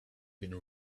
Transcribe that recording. been